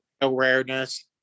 Awareness